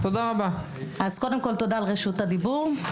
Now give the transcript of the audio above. תודה על רשות הדיבור,